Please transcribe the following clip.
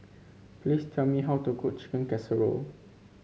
please tell me how to cook Chicken Casserole